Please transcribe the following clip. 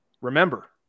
Remember